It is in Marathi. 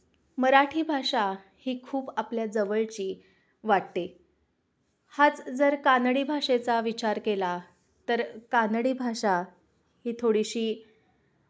मराठी भाषा ही खूप आपल्या जवळची वाटते हाच जर कानडी भाषेचा विचार केला तर कानडी भाषा ही थोडीशी